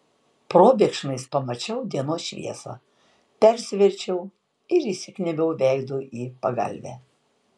probėgšmais pamačiau dienos šviesą persiverčiau ir įsikniaubiau veidu į pagalvę